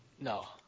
No